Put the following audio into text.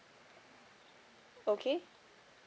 okay